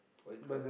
what is it called